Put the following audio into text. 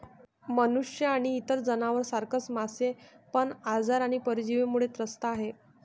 मनुष्य आणि इतर जनावर सारखच मासे पण आजार आणि परजीवींमुळे त्रस्त आहे